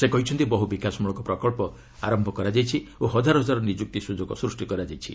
ସେ କହିଛନ୍ତି ବହୁ ବିକାଶମ୍ଭଳକ ପ୍ରକଳ୍ପ ଆରମ୍ଭ କରାଯାଇଛି ଓ ହଜାର ହଜାର ନିଯୁକ୍ତି ସୁଯୋଗ ସୃଷ୍ଟି କରାଯାଇଛି